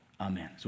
Amen